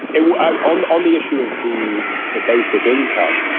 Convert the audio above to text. and ah on on the issue of the the basic income,